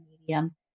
medium